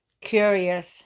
curious